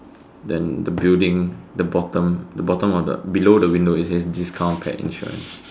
then the building the bottom the bottom of the below the window it says discount paired insurance